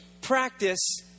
practice